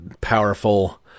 powerful